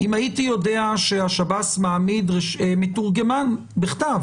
אם הייתי יודע שהשב"ס מעמיד מתורגמן בכתב